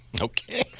Okay